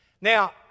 Now